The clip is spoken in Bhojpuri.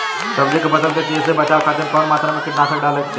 सब्जी के फसल के कियेसे बचाव खातिन कवन मात्रा में कीटनाशक डाले के चाही?